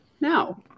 no